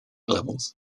levels